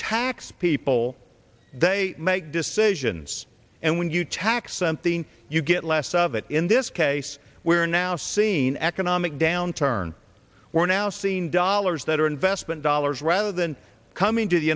tax people they make decisions and when you tax something you get less of it in this case we're now seeing economic downturn we're now seeing dollars that are investment dollars rather than coming to the